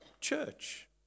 church